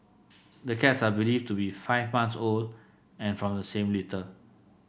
the cats are believed to be five months old and from the same litter